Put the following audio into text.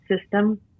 system